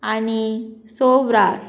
आनी सोवराक